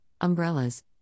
umbrellas